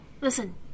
listen